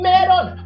Meron